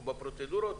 בפרוצדורות,